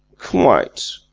quite.